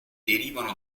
derivano